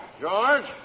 George